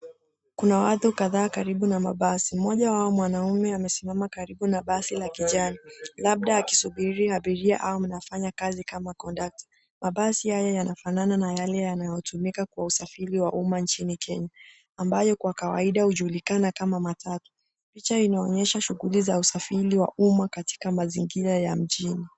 Kuna watu kadhaa karibu na mabasi mmoja wao mwanaume amesimama karibu na basi la kijani labda akisubiri abiria au anafanya kazi kama kondakta. Mabasi haya yanafanana na yale yanayotumika Kwa usafiri wa umma nchini Kenya ambayo Kwa kawaida hujulikana kama matatu. Picha inaonyesha shughuli za usafiri wa umma katika mazingira ya mjini.